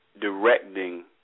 directing